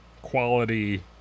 quality